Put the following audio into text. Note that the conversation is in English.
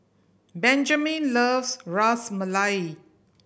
Benjamen loves Ras Malai